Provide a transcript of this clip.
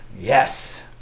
Yes